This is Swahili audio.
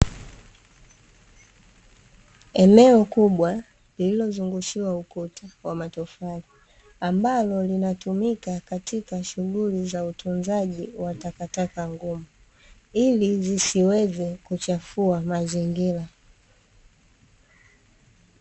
Eneo kubwa lililozungushiwa ukuta wa matofali ambalo, linatumika katika shuguli za utunzaji wa takataka ngumu ili zisiweze kuchafua mazingira.